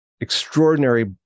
extraordinary